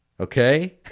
Okay